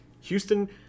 Houston